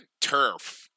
turf